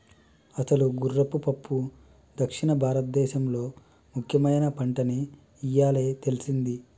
అసలు గుర్రపు పప్పు దక్షిణ భారతదేసంలో ముఖ్యమైన పంటని ఇయ్యాలే తెల్సింది